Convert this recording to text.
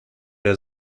der